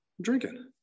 drinking